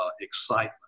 excitement